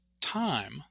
time